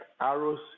arrows